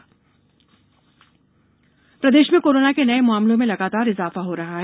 प्रदेश corona प्रदेश में corona के नये मामलों में लगातार इजाफा हो रहा है